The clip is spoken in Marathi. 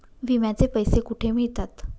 विम्याचे पैसे कुठे मिळतात?